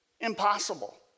impossible